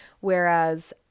whereas